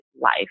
life